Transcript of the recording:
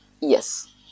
Yes